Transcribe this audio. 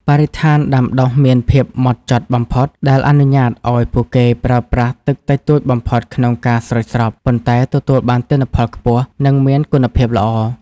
បរិស្ថានដាំដុះមានភាពហ្មត់ចត់បំផុត ដែលអនុញ្ញាតឱ្យពួកគេប្រើប្រាស់ទឹកតិចតួចបំផុតក្នុងការស្រោចស្រព ប៉ុន្តែទទួលបានទិន្នផលខ្ពស់ និងមានគុណភាពល្អ។